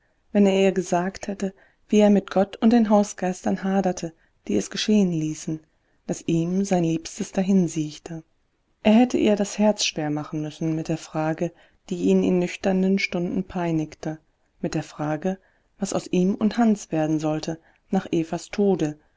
wenn er ihr gesagt hätte wie er mit gott und den hausgeistern haderte die es geschehen ließen daß ihm sein liebstes dahinsiechte er hätte ihr das herz schwer machen müssen mit der frage die ihn in nüchternen stunden peinigte mit der frage was aus ihm und hans werden sollte nach evas tode